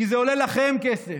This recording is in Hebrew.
כי זה עולה לכם כסף,